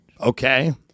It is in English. Okay